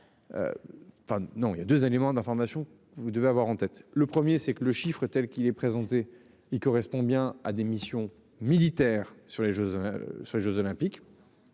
Enfin non il y a 2 éléments d'information. Vous devez avoir en tête le 1er c'est que le chiffre est telle qu'il est présenté, il correspond bien à des missions militaires sur les jeux. Sur les